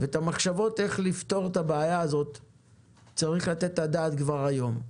צריך לדעת במחשבות על הדבר הזה כבר היום.